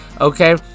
okay